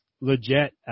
legit